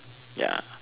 ya